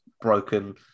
broken